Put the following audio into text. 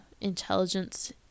intelligence